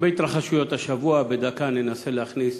הרבה התרחשויות השבוע, בדקה אני אנסה להכניס.